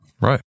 Right